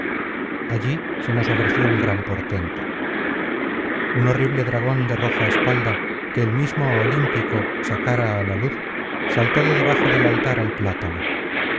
ilíada se nos ofreció un gran portento un horrible dragón de roja espalda que el mismo olímpico sacara á la luz saltó de debajo del altar al plátano